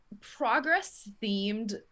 progress-themed